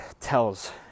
tells